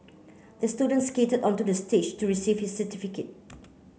the student skated onto the stage to receive his certificate